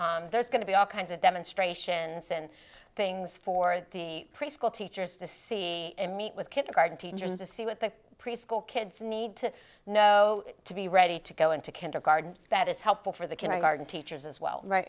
there's going to be all kinds of demonstrations and things for the preschool teachers to see and meet with kindergarten teachers to see what the preschool kids need to know to be ready to go into kindergarten that is helpful for the can i garden teachers as well right